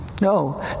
No